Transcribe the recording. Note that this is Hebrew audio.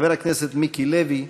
חבר הכנסת מיקי לוי,